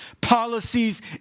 policies